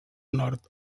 nord